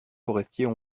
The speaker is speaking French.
forestiers